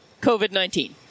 COVID-19